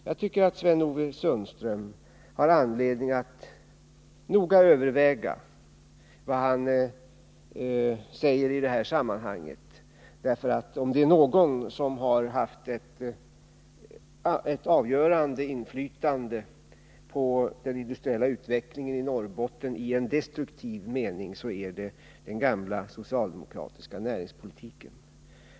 Jag tycker att Sten-Ove Sundström har anledning att noga överväga vad han säger i detta sammanhang, därför att om det är något som har haft ett avgörande inflytande, i destruktiv mening, på den industriella utvecklingen i Norrbotten så är det den gamla socialdemokratiska näringspolitiken.